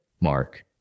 mark